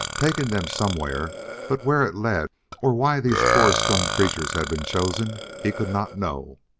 taken them somewhere but where it led or why these poor stunned creatures had been chosen he could not know.